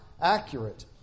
accurate